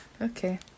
Okay